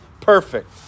perfect